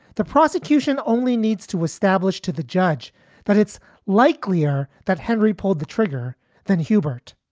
the prosecution only needs to establish to the judge that it's likelier that henry pulled the trigger than hubert.